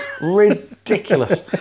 Ridiculous